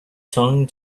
tongue